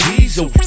Diesel